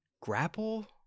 Grapple